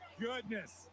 Goodness